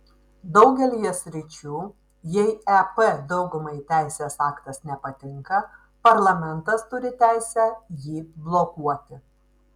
daugelyje sričių jei ep daugumai teisės aktas nepatinka parlamentas turi teisę jį blokuoti